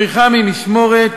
בריחה ממשמורת,